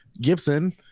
Gibson